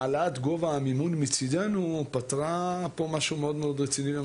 העלאת גובה המימון מצידנו פתרה פה משהו מאוד רציני ומשמעותי.